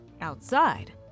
Outside